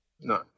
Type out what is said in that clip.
No